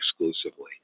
exclusively